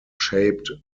shaped